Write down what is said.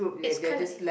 it's kinda